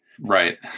Right